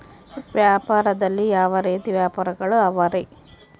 ವ್ಯಾಪಾರದಲ್ಲಿ ಯಾವ ರೇತಿ ವ್ಯಾಪಾರಗಳು ಅವರಿ?